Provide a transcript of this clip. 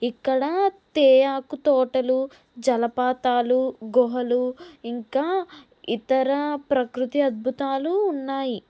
ఇక్కడ తేయాకు తోటలు జలపాతాలు గుహలు ఇంకా ఇతర ప్రకృతి అద్భుతాలు ఉన్నాయి